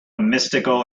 mystical